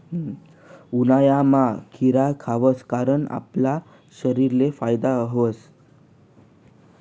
उन्हायामा खीरा खावाना कारण आपला शरीरले फायदा व्हस